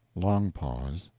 long pause.